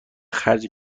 خرج